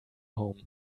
home